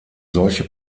solche